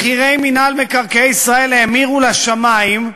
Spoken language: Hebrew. מחירי מינהל מקרקעי ישראל האמירו לשמים: